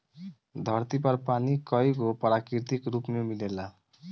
धरती पर पानी कईगो प्राकृतिक रूप में मिलेला